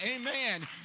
Amen